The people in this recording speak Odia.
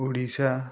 ଓଡ଼ିଶା